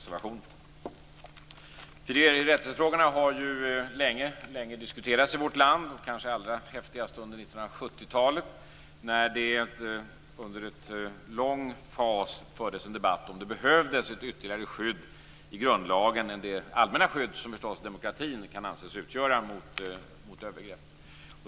Fri och rättighetsfrågorna har diskuterats under en lång tid i vårt land och kanske allra häftigast under 1970-talet, då det under en lång fas fördes en debatt om huruvida det behövdes ytterligare ett skydd i grundlagen, utöver det allmänna skydd mot övergrepp som, förstås, demokratin kan anses utgöra.